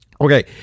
Okay